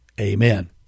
Amen